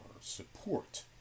support